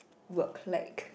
work like